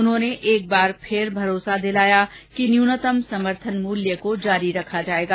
उन्होंने एक बार फिर भरोसा दिलाया कि न्यूनतम समर्थन मूल्य को जारी रखा जायेगा